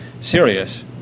serious